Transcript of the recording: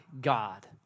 God